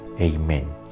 Amen